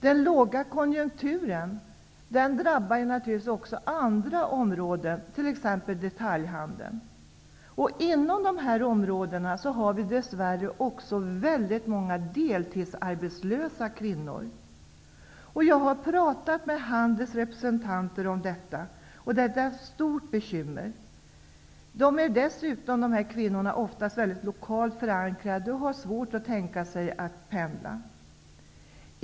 Den låga konjunkturen drabbar även andra områden, som detaljhandeln. Inom dessa områden finns dess värre också väldigt många deltidsarbetande kvinnor som nu är arbetslösa. Jag har talat med Handels representanter om detta, som säger att det här är ett stort bekymmer. De arbetslösa kvinnorna är dessutom starkt knutna till det lokala området och har svårt att tänka sig att pendla.